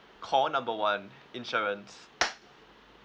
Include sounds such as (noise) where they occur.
call number one insurance (noise)